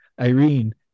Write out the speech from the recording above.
Irene